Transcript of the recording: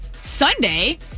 Sunday